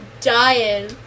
dying